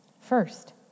First